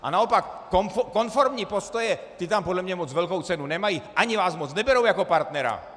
A naopak konformní postoje, ty tam podle mě naopak moc velkou cenu nemají, ani vás moc neberou jako partnera.